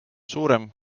suurem